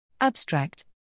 Abstract